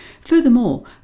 Furthermore